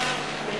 לא,